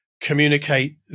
communicate